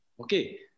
Okay